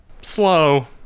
slow